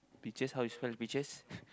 peaches how you spell peaches